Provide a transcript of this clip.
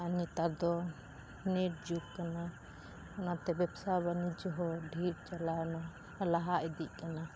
ᱟᱨ ᱱᱮᱛᱟᱨᱫᱚ ᱱᱮᱹᱴ ᱡᱩᱜᱽ ᱠᱟᱱᱟ ᱚᱟᱱᱛᱮ ᱵᱮᱵᱽᱥᱟ ᱵᱟᱱᱤᱡᱽᱡᱚ ᱦᱚᱸ ᱰᱷᱮᱨ ᱪᱟᱞᱟᱣᱱᱟ ᱞᱟᱦᱟ ᱤᱫᱤᱜ ᱠᱟᱱᱟ